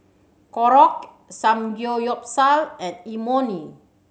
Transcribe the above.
Korokke Samgeyopsal and Imoni